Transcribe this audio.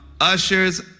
Ushers